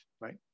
right